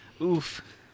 oof